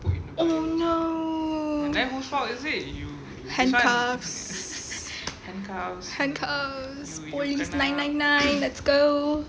oh no handcuffs handcuffs police nine nine nine let's go